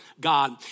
God